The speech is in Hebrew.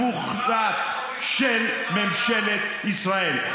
זה כישלון מוחלט של ממשלת ישראל.